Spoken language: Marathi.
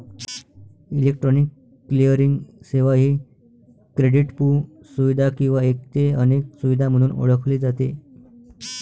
इलेक्ट्रॉनिक क्लिअरिंग सेवा ही क्रेडिटपू सुविधा किंवा एक ते अनेक सुविधा म्हणून ओळखली जाते